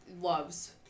loves